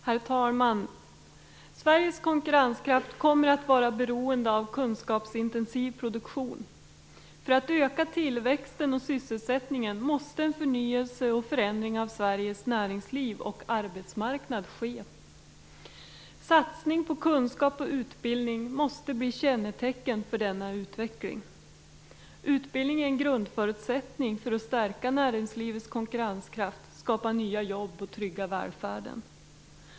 Herr talman! Sveriges konkurrenskraft kommer att vara beroende av kunskapsintensiv produktion. För att öka tillväxten och sysselsättningen måste en förnyelse och förändring av Sveriges näringsliv och arbetsmarknad ske. Satsning på kunskap och utbildning måste bli ett kännetecken för denna utveckling. Utbildning är en grundförutsättning för att stärka näringslivets konkurrenskraft, skapa nya jobb och trygga välfärden.